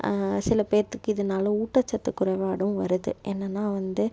சில பேர்த்துக்கு இதனால ஊட்டச்சத்து குறைபாடும் வருது என்னென்னா வந்து